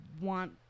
want